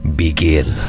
begin